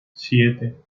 siete